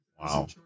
Wow